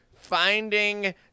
Finding